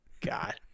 God